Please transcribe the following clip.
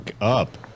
up